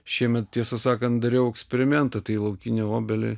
šiemet tiesą sakant dariau eksperimentą tai į laukinę obelį